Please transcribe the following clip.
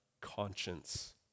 conscience